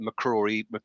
McCrory